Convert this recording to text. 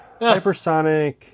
hypersonic